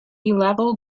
level